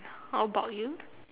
how about you